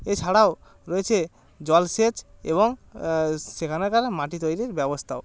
এছাড়াও রয়েছে জলসেচ এবং সেখানকার মাটি তৈরি ব্যবস্থাও